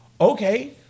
Okay